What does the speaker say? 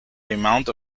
amount